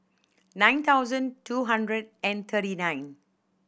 nine thousand two hundred and thirty nine